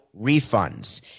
refunds